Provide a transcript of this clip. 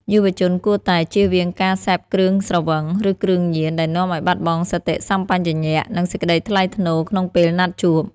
យុវជនគួរតែ "ចៀសវាងការសេពគ្រឿងស្រវឹង ឬគ្រឿងញៀន" ដែលនាំឱ្យបាត់បង់សតិសម្បជញ្ញៈ និងសេចក្ដីថ្លៃថ្នូរក្នុងពេលណាត់ជួប។